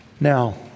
now